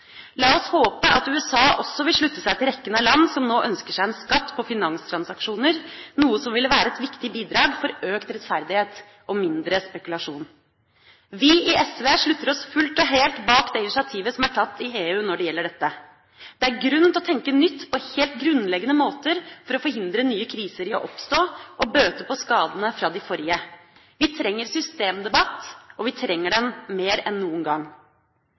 La oss håpe at USA også vil slutte seg til rekken av land som nå ønsker seg en skatt på finanstransaksjoner, noe som ville være et viktig bidrag til økt rettferdighet og mindre spekulasjon. Vi i SV stiller oss helt og fullt bak det initiativet som er tatt i EU når det gjelder dette. Det er grunn til å tenke nytt på helt grunnleggende måter for å forhindre at nye kriser oppstår, og for å bøte på skadene fra de forrige. Vi trenger systemdebatt, og vi trenger den mer enn noen gang.